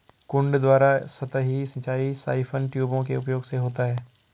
कुंड द्वारा सतही सिंचाई साइफन ट्यूबों के उपयोग से होता है